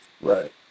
Right